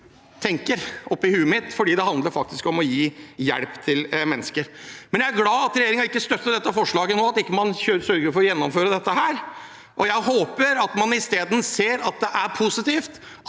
tenker oppe i hodet mitt, for det handler faktisk om å gi hjelp til mennesker. Jeg er glad for at regjeringen ikke støtter dette forslaget nå, at man ikke sørger for å gjennomføre dette. Jeg håper at man isteden ser at det er positivt